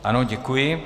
Ano, děkuji.